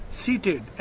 seated